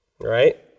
Right